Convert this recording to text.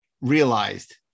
realized